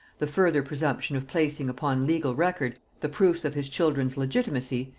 the further presumption of placing upon legal record the proofs of his children's legitimacy,